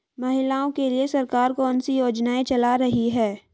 महिलाओं के लिए सरकार कौन सी योजनाएं चला रही है?